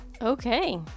Okay